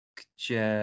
gdzie